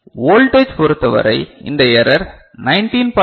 voltage பொறுத்தவரை இந்த error 19